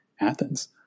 Athens